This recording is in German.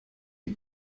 die